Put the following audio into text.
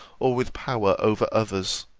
or with power over others.